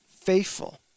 faithful